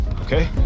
okay